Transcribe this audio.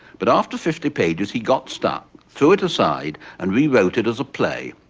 but after fifty pages, he got stuck, threw it aside, and rewrote it as a play,